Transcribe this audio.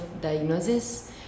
diagnosis